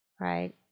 right